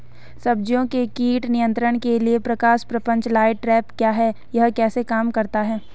सब्जियों के कीट नियंत्रण के लिए प्रकाश प्रपंच लाइट ट्रैप क्या है यह कैसे काम करता है?